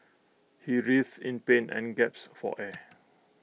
he writhed in pain and gaps for air